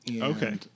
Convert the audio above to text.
Okay